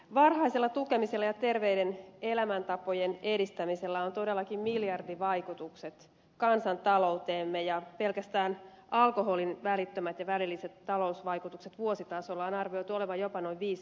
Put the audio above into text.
varhaisella tukemisella ja terveiden elämäntapojen edistämisellä on todellakin miljardivaikutukset kansantalouteemme ja pelkästään alkoholin välittömien ja välillisten talousvaikutusten vuositasolla on arvioitu olevan jopa noin viisi miljardia